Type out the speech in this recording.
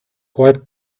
quite